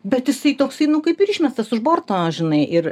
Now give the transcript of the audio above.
bet jisai toksai nu kaip ir išmestas už borto žinai ir